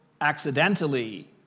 accidentally